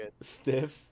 stiff